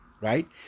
right